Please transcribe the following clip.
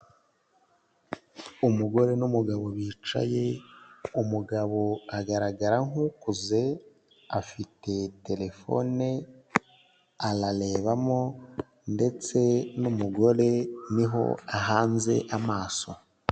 Umugore n'umugabo bicaye, umugabo agaragara nk'ukuze afite telefone ararebamo ndetse n'umugore ni ho ahanze amaso.